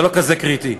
זה לא כזה קריטי.